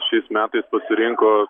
šiais metais pasirinko